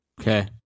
Okay